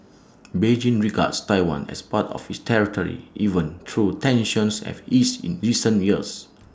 Beijing regards Taiwan as part of its territory even though tensions have eased in recent years